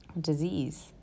disease